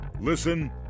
Listen